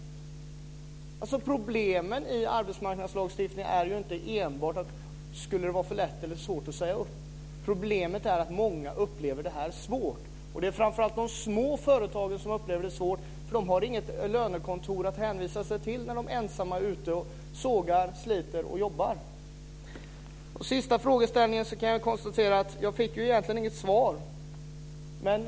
Problemen i arbetsmarknadslagstiftningen är inte enbart att det skulle vara för lätt eller för svårt att säga upp. Problemet är att många upplever det här som svårt. Framför allt är det de små företagen som upplever det som svårt, för de har inget lönekontor att hänvisa till när de är ensamma ute och sågar, sliter och jobbar. När det gäller den sista frågeställningen kan jag konstatera att jag egentligen inte fick något svar.